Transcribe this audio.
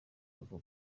vuba